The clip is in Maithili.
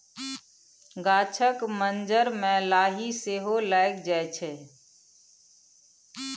गाछक मज्जर मे लाही सेहो लागि जाइ छै